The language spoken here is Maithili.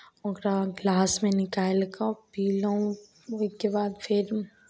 ओकरा गिलासमे निकालि कऽ पीलहुँ ओहिके बाद फेर